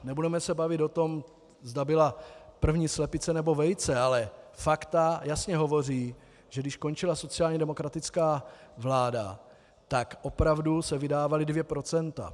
Nebudeme se bavit o tom, zda byla první slepice, nebo vejce, ale fakta jasně hovoří, že když končila sociálně demokratická vláda, tak opravdu se vydávala 2 %.